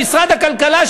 במשרד הכלכלה,